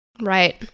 Right